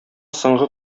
соңгы